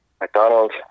McDonald